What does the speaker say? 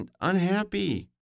unhappy